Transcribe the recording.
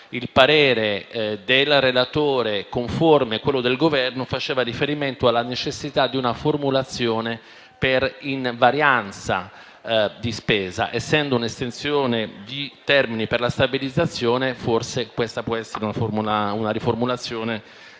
il parere del relatore, conforme a quello del Governo, faceva riferimento alla necessità di una formulazione per invarianza di spesa. Essendo un'estensione di termini per la stabilizzazione, forse questa può essere una possibile riformulazione, se